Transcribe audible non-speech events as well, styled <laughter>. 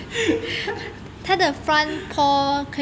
<laughs>